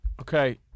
Okay